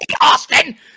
Austin